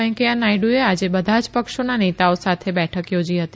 વેકૈયા નાયડુએ આજે બધા જ પક્ષોના નેતાઓ સાથે બેઠક થોજી હતી